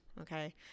Okay